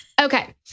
Okay